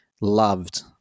loved